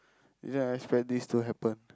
I didn't expect this to happen